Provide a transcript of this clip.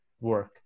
work